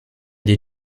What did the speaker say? des